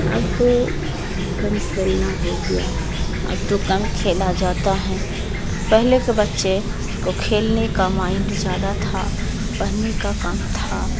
اب تو کم کھیلنا ہو گیا اب تو کم کھیلا جاتا ہیں پہلے کے بچے کو کھیلنے کا مائنڈ زیادہ تھا پرھنے کا کم تھا